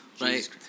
right